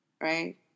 right